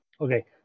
Okay